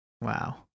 Wow